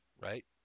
right